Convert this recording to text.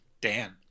Dan